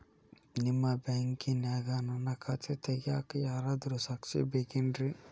ನಿಮ್ಮ ಬ್ಯಾಂಕಿನ್ಯಾಗ ನನ್ನ ಖಾತೆ ತೆಗೆಯಾಕ್ ಯಾರಾದ್ರೂ ಸಾಕ್ಷಿ ಬೇಕೇನ್ರಿ?